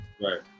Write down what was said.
Right